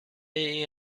این